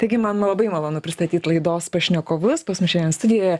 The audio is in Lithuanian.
taigi man labai malonu pristatyt laidos pašnekovus pas mus šiandien studijoje